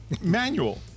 Manual